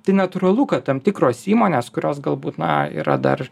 tai natūralu kad tam tikros įmonės kurios galbūt na yra dar